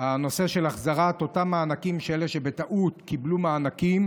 הנושא של החזרת אותם מענקים על ידי אלה שבטעות קיבלו מענקים,